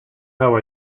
how